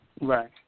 Right